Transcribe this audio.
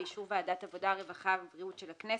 באישור ועדת העבודה הרווחה והבריאות של הכנסת,